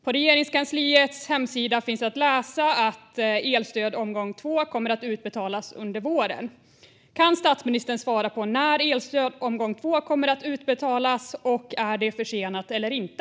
På Regeringskansliets hemsida kan man läsa att elstöd omgång två kommer att betalas ut under våren. Kan statsministern svara på när elstöd omgång två kommer att betalas ut och om det är försenat eller inte?